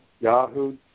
Yahoo